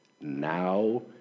now